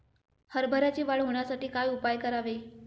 हरभऱ्याची वाढ होण्यासाठी काय उपाय करावे?